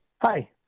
Hi